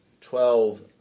Twelve